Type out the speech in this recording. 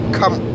come